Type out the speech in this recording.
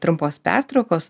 trumpos pertraukos